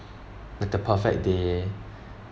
like the perfect day